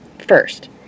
First